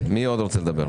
מי עוד רוצה לדבר?